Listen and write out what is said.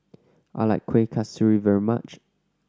I like Kuih Kasturi very much